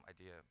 idea